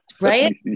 right